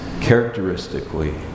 characteristically